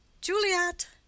Juliet